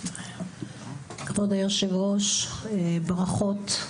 כבוד היושב-ראש ברכות,